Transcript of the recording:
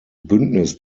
bündnis